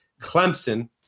Clemson